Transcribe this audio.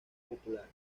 popular